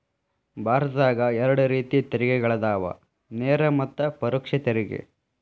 ಭಾರತದಾಗ ಎರಡ ರೇತಿ ತೆರಿಗೆಗಳದಾವ ನೇರ ಮತ್ತ ಪರೋಕ್ಷ ತೆರಿಗೆ